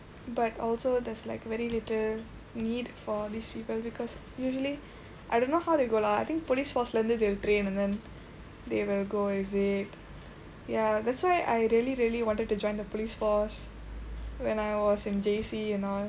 but also there's like very little need for these people because usually I don't know how they go lah I think police force-lae இருந்து:irunthu they will train and then they will go exit that's why I really really wanted to join the police force when I was in J_C you know